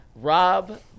Rob